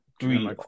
three